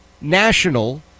national